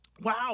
wow